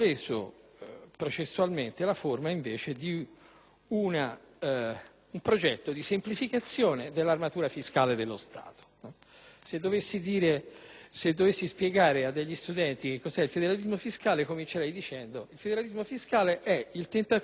ha assunto la forma di un progetto di semplificazione dell'armatura fiscale dello Stato. Se dovessi spiegare a degli studenti che cos'è il federalismo fiscale, comincerei dicendo che è il tentativo di